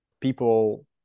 People